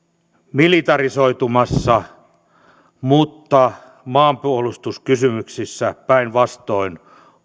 militarisoitumassa mutta maanpuolustuskysymyksissä päinvastoin